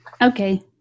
Okay